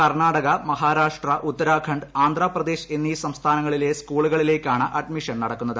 കർണ്ണാടക മഹാരാഷ്ട്ര ഉത്തരാഖണ്ഡ് ആന്ധ്രാപ്രദേശ് എന്നീ സംസ്ഥാനങ്ങളിലെ സ്കൂളുകളിലേക്കാണ് അഡ്മിഷൻ നടക്കുന്നത്